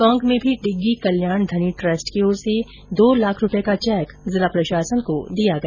टोंक में भी डिग्गी कल्याण धणी ट्रस्ट की ओर से दो लाख रूपये का चैक जिला प्रशासन को दिया गया